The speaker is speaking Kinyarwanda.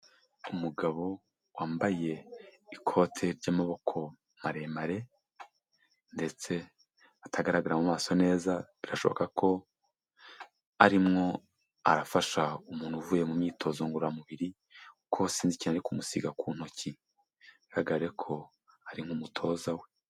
Umugabo wambaye ikote ry'amaboko maremare ndetse atagaragara mu maso neza, birashoboka ko arimo arafasha umuntu uvuye mu myitozo ngororamubiri kuko sinzi ikintu ari kumusiga ku ntoki bigaragare ko ari nk'umutoza we.